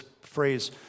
phrase